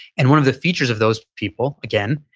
and one of the features of those people, again,